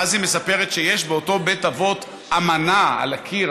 ואז היא מספרת שיש באותו בית אבות אמנה על הקיר,